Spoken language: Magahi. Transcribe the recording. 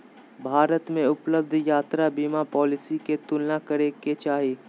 भारत में उपलब्ध यात्रा बीमा पॉलिसी के तुलना करे के चाही